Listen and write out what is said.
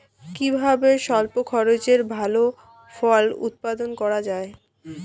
কিভাবে স্বল্প খরচে ভালো ফল উৎপাদন করা যায়?